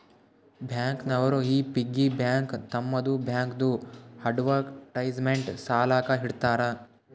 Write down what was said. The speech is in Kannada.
ಬ್ಯಾಂಕ್ ನವರು ಈ ಪಿಗ್ಗಿ ಬ್ಯಾಂಕ್ ತಮ್ಮದು ಬ್ಯಾಂಕ್ದು ಅಡ್ವರ್ಟೈಸ್ಮೆಂಟ್ ಸಲಾಕ ಇಡ್ತಾರ